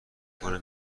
کنه